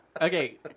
Okay